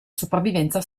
sopravvivenza